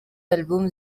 album